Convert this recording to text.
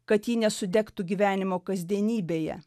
kad ji nesudegtų gyvenimo kasdienybėje